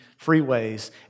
freeways